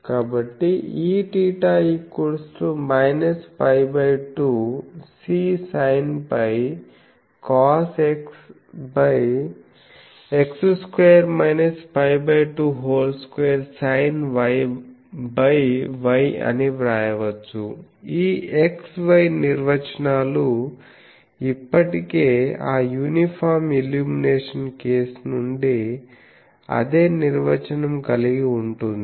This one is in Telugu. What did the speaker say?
కాబట్టి Eθ π2Csinφ cosXX2 π22sinYY అని వ్రాయవచ్చు ఈ X Y నిర్వచనాలు ఇప్పటికే ఆ యూనిఫామ్ ఇల్యూమినేషన్ కేసు నుండి అదే నిర్వచనము కలిగి ఉంటుంది